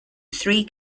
three